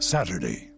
Saturday